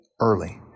early